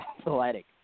athletic